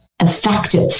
effective